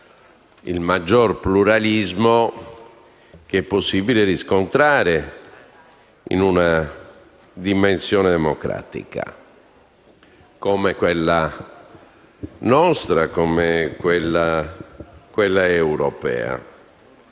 il maggior pluralismo che è possibile riscontrare in una dimensione democratica come la nostra e come quella europea.